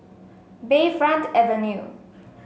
Bayfront Avenue